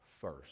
first